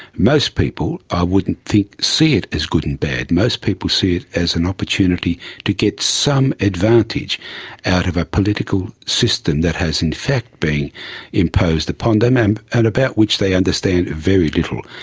most people i wouldn't think see it as good and bad. most people see it as an opportunity to get some advantage out of a political system that has in fact been imposed upon them and about which they understand very little,